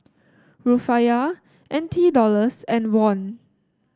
Rufiyaa N T Dollars and Won